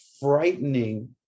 frightening